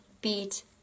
beat